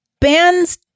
bands